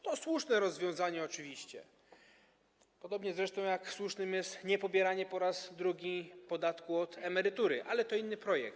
To słuszne rozwiązanie oczywiście, podobnie zresztą jak czymś słusznym jest niepobieranie po raz drugi podatku od emerytury, ale to inny projekt.